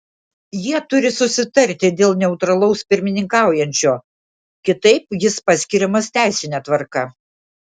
jie turi susitarti dėl neutralaus pirmininkaujančio kitaip jis paskiriamas teisine tvarka